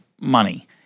money